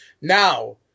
Now